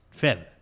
Feb